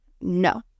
No